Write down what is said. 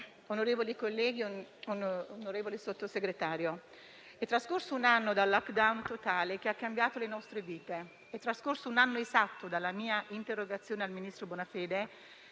onorevoli colleghi, onorevole Sottosegretario, è trascorso un anno dal *lockdown* totale che ha cambiato le nostre vite. È trascorso un anno esatto dalla mia interrogazione al ministro Bonafede,